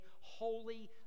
holy